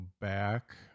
back